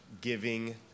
giving